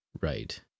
Right